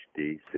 HDC